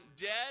dead